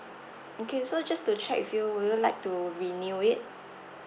okay so just to check with you will you like to renew it